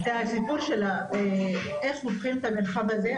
הסיפור איך הופכים את המרחב הזה,